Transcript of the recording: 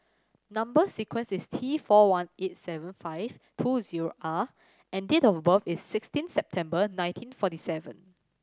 number sequence is T four one eighty seven five two zero R and date of birth is sixteen September nineteen forty seven